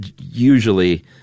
usually